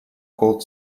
called